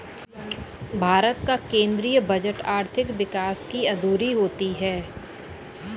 भारत का केंद्रीय बजट आर्थिक विकास की धूरी होती है